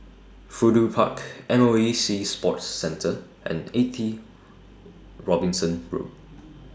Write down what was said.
Fudu Park M O E Sea Sports Centre and eighty Robinson Road